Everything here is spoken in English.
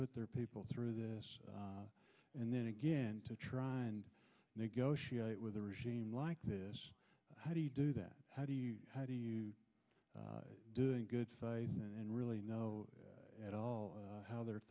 put their people through this and then again to try and negotiate with a regime like this how do you do that how do you how do you doing good sites and really know at all how they're